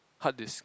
hard disk